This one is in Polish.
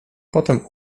potem